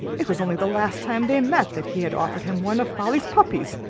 it was only the last time they met that he had offered him one of folly's puppies!